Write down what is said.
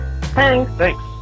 Thanks